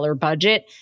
budget